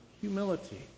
humility